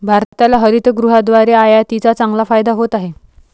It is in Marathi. भारताला हरितगृहाद्वारे आयातीचा चांगला फायदा होत आहे